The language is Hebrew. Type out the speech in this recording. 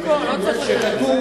כל אחד בדרכו,